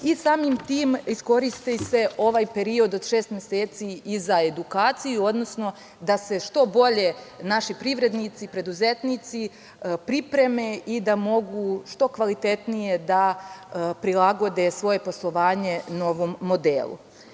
i samim tim iskoristi se ovaj period od šest meseci za edukaciju, odnosno da se što bolje naše privrednici i preduzetnici pripreme i da mogu što kvalitetnije da prilagode svoje poslovanje novom modelu. Uporedo